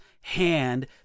hand